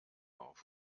auf